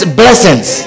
blessings